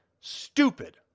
stupid